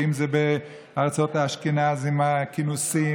ואם זה בארצות אשכנז עם הכינוסים